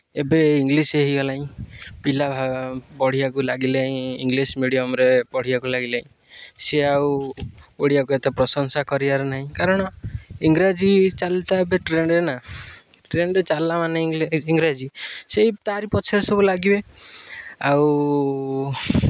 ଏବେ ଇଂଲିଶ୍ ହୋଇଗଲାଣି ପିଲା ପଢ଼ିବାକୁ ଲାଗିଲାଣି ଇଂଲିଶ୍ ମିଡ଼ିୟମ୍ରେ ପଢ଼ିବାକୁ ଲାଗିଲାଣି ସେ ଆଉ ଓଡ଼ିଆକୁ ଏତେ ପ୍ରଶଂସା କରିବାର ନାହିଁ କାରଣ ଇଂରାଜୀ ଚାଲିଲା ଏବେ ଟ୍ରେଣ୍ଡ୍ରେ ନା ଟ୍ରେଣ୍ଡ୍ରେ ଚାଲିଲା ମାନେ ଇଂରାଜୀ ସେଇ ତାରି ପଛରେ ସବୁ ଲାଗିବେ ଆଉ